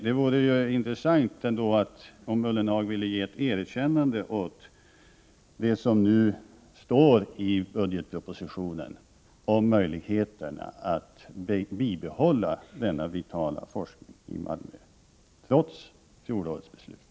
Det vore intressant att höra om Jörgen Ullenhag ändå inte ville ge ett erkännande för det som nu står i budgetpropositionen om möjligheterna att trots fjolårets beslut bibehålla denna vitala forskning i Malmö.